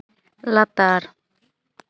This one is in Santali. ᱞᱟᱛᱟᱨ